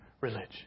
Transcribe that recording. religion